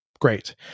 great